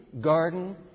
garden